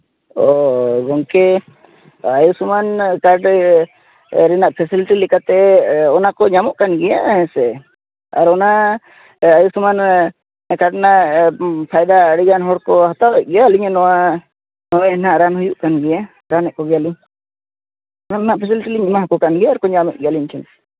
ᱚᱻ ᱜᱚᱢᱠᱮ ᱟᱭᱩᱥᱢᱟᱱ ᱠᱟᱨᱰ ᱨᱮᱱᱟᱜ ᱯᱷᱮᱥᱤᱞᱤᱴᱤ ᱞᱮᱠᱟᱛᱮ ᱚᱱᱟᱠᱚ ᱧᱟᱢᱚᱜᱠᱟᱱ ᱜᱮᱭᱟ ᱦᱮᱸᱥᱮ ᱟᱨ ᱚᱱᱟ ᱟᱭᱩᱥᱢᱟᱱ ᱠᱟᱨᱰ ᱨᱮᱱᱟᱜ ᱯᱷᱟᱭᱫᱟ ᱟᱹᱰᱤᱜᱟᱱ ᱦᱚᱲᱠᱚ ᱦᱟᱛᱟᱣᱮᱫ ᱜᱮᱭᱟ ᱟᱹᱞᱤᱧᱟᱜ ᱱᱚᱣᱟ ᱦᱚᱜᱼᱚᱭ ᱦᱟᱸᱜ ᱨᱟᱱ ᱦᱩᱭᱩᱜᱠᱟᱱ ᱜᱮᱭᱟ ᱨᱟᱱᱮᱫ ᱠᱚᱜᱮᱭᱟᱞᱤᱧ ᱱᱚᱣᱟ ᱨᱮᱱᱟᱜ ᱯᱷᱮᱥᱟᱞᱤᱴᱤᱞᱤᱧ ᱮᱢᱟ ᱟᱠᱚᱠᱟᱱ ᱜᱮᱭᱟ ᱟᱨᱠᱚ ᱧᱟᱢᱮᱫ ᱜᱮᱭᱟ ᱟᱹᱞᱤᱧ ᱴᱷᱮᱱ